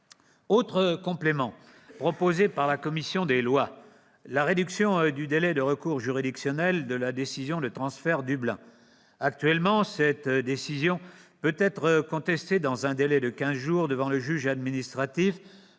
autre complément est proposé par votre commission des lois : la réduction du délai de recours juridictionnel de la décision de transfert Dublin. Actuellement, cette décision peut être contestée dans un délai de quinze jours devant le juge administratif.